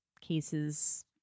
cases